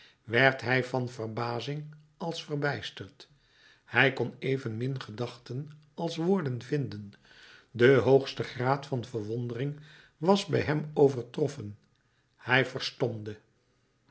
werd hij van verbazing als verbijsterd hij kon evenmin gedachten als woorden vinden de hoogste graad van verwondering was bij hem overtroffen hij